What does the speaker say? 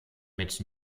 mit